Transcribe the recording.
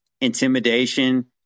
intimidation